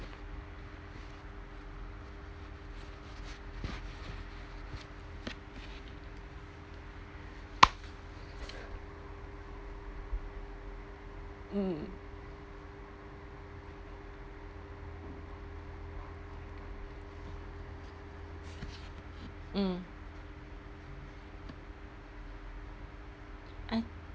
mm mm I